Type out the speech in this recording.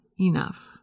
enough